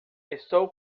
estou